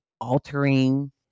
altering